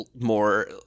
more